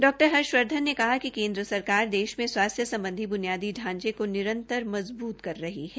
डॉ हर्षवर्धन ने कहा कि केन्द्र सरकार देश में स्वास्थ्य सम्बधी ब्नियादी ढांचे को निरंतर मज़बूत कर रही है